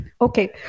Okay